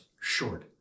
short